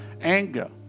anger